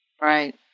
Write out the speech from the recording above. Right